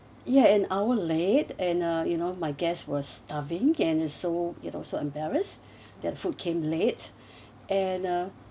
ya an hour late and uh you know my guests were starving and so you know so embarrassed that food came late and uh